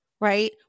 right